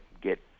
get